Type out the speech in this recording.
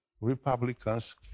Republicans